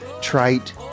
trite